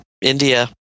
India